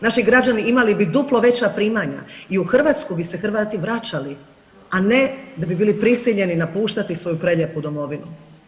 Naši građani imali bi duplo veća primanja i u Hrvatsku bi se Hrvati vraćali, a ne da bi bili prisiljeni napuštati svoju prelijepu Domovinu.